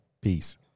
Peace